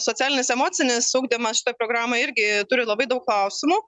socialinis emocinis ugdymas programa irgi turi labai daug klausimų